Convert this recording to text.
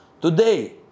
Today